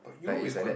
like it's like that